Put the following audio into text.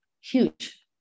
huge